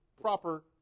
proper